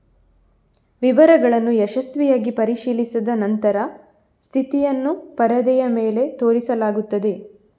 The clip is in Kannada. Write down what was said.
ವಿವರಗಳನ್ನು ಯಶಸ್ವಿಯಾಗಿ ಪರಿಶೀಲಿಸಿದ ನಂತರ ಸ್ಥಿತಿಯನ್ನು ಪರದೆಯ ಮೇಲೆ ತೋರಿಸಲಾಗುತ್ತದೆ